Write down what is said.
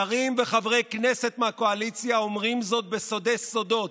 שרים וחברי כנסת מהקואליציה אומרים זאת בסודי-סודות,